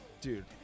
dude